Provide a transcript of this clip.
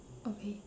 okay